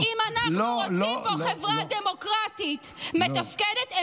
אם אנחנו רוצים פה חברה דמוקרטית מתפקדת,